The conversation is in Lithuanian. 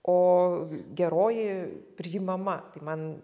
o geroji priimama tai man